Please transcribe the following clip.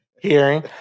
hearing